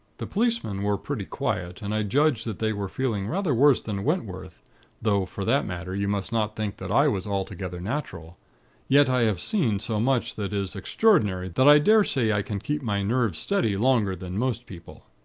the policemen were pretty quiet, and i judged that they were feeling rather worse than wentworth though, for that matter, you must not think that i was altogether natural yet i have seen so much that is extraordinary, that i daresay i can keep my nerves steady longer than most people.